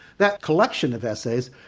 that collection of essays,